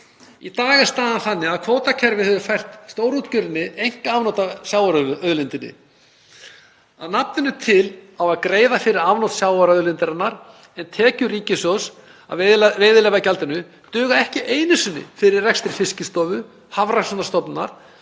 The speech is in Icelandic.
Í dag er staðan þannig að kvótakerfið hefur fært stórútgerðinni einkaafnot af sjávarauðlindinni. Að nafninu til á að greiða fyrir afnot sjávarauðlindarinnar, en tekjur ríkissjóðs af veiðigjaldinu duga ekki einu sinni fyrir rekstri Fiskistofu, Hafrannsóknastofnunar